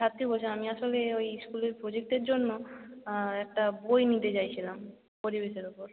ছাত্রী বলছিলাম আমি আসলে ওই স্কুলের প্রজেক্টের জন্য একটা বই নিতে চাইছিলাম পরিবেশের উপর